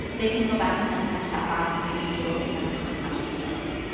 they can go back and look in the chat box and maybe be able to answer some questions directly.